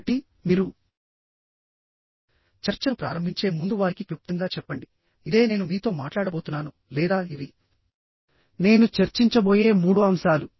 కాబట్టి మీరు చర్చను ప్రారంభించే ముందు వారికి క్లుప్తంగా చెప్పండి ఇదే నేను మీతో మాట్లాడబోతున్నాను లేదా ఇవి నేను చర్చించబోయే మూడు అంశాలు